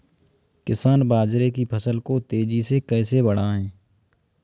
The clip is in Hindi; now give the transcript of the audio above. किसान बाजरे की फसल को तेजी से कैसे बढ़ाएँ?